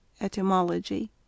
Etymology